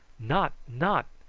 not, not.